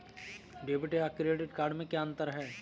Debit या credit card में क्या अन्तर है?